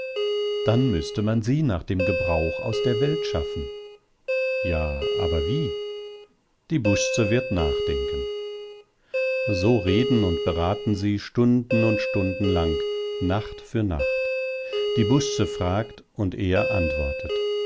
dann müßte man sie nach dem gebrauch aus der welt schaffen ja aber wie die busze wird nachdenken so reden und beraten sie stunden und stunden lang nacht für nacht die busze fragt und er antwortet